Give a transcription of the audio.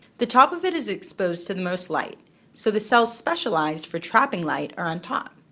the top of it is exposed to the most light so the cells specialized for trapping light are on top.